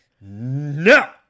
No